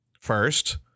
First